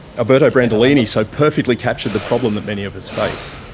alberto brandolini so perfectly captured the problem that many of us face.